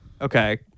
Okay